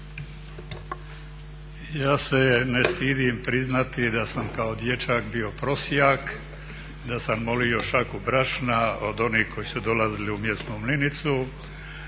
Ja se ne stidim priznati da sam kao dječak bio prosjak, da sam molio šaku brašna od onih koji su dali u mjesnu mlinicu,